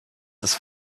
ist